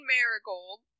Marigold